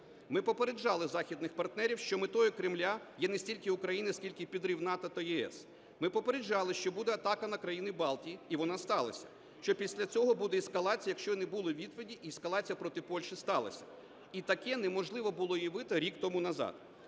Ми попереджали західних партнерів, що метою Кремля є не стільки Україна, скільки підрив НАТО та ЄС. Ми попереджали, що буде атака на Країни Балтії, і вона сталася, що після цього буде ескалація, якщо не буде відповіді і ескалація проти Польщі сталася, і таке неможливо було уявити рік тому назад.